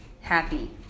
happy